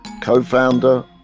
co-founder